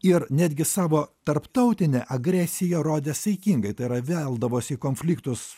ir netgi savo tarptautinę agresiją rodė saikingai tai yra veldavosi į konfliktus